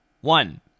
one